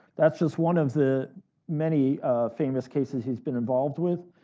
that's just one of the many famous cases he's been involved with.